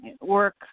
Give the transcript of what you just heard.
work